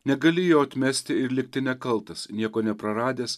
negali jo atmesti ir likti nekaltas nieko nepraradęs